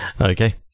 Okay